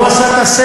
כי הוא עשה את הסדק.